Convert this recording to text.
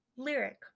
Lyric